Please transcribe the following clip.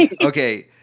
Okay